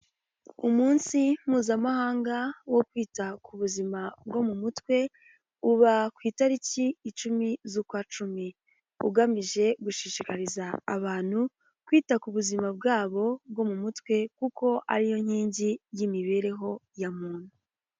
Umunsi mpuzamahanga wo kwita ku buzima bwo mu mutwe, uba ku itariki icumi z'ukwa cumi, ugamije gushishikariza abantu kwita ku buzima bwabo bwo mu mutwe, kuko ari yo nkingi y'imibereho ya muntu.